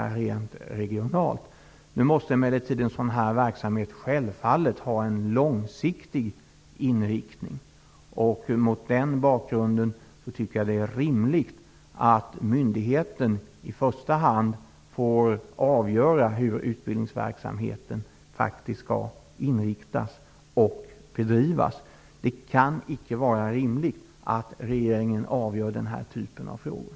Nu måste emellertid en sådan verksamhet självfallet ha en långsiktig iriktning. Mot den bakgrunden är det rimligt att myndigheten i första hand får avgöra hur utbildningsverksamheten inriktas och bedrivs. Det kan icke vara rimligt att regeringen avgör den här typen av frågor.